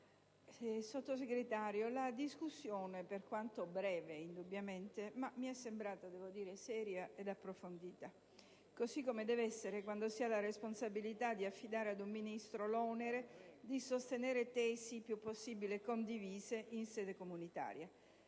Sottosegretario, la discussione, per quanto indubbiamente breve, mi è sembrata seria ed approfondita, così come deve essere quando si ha la responsabilità di affidare ad un Ministro l'onere di sostenere in sede comunitaria